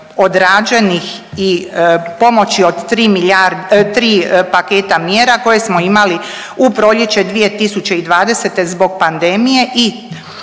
odrađenih pomoći od tri paketa mjera koje smo imali u proljeće 2020. zbog pandemije